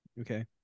okay